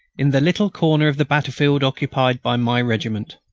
in the little corner of the battlefield occupied by my regiment.